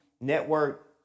network